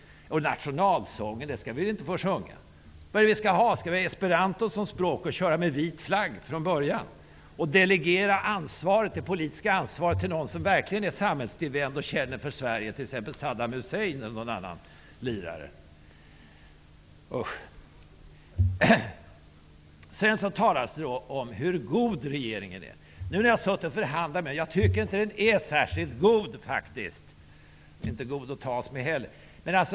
Nationalsången skall vi väl inte få sjunga? Vad är det vi skall ha? Skall vi ha esperanto som språk och köra med vit flagg redan från början och delegera det politiska ansvaret till någon som verkligen är samhällstillvänd och känner för Sverige, t.ex. Saddam Hussein eller någon annan lirare? Usch! Sedan talades det om hur god regeringen är. Nu har vi suttit i förhandlingar med den. Jag tycker faktiskt inte att den är särskilt god -- den är inte god att tas med heller.